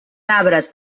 arbres